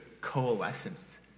coalescence